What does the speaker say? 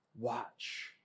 Watch